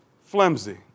flimsy